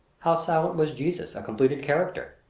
how silent was jesus, a completed character!